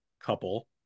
couple